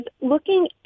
looking